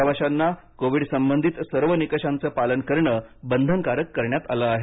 प्रवाशांना कोविड संबंधित सर्व निकषांचे पालन करणं बंधनकारक करण्यात आलं आहे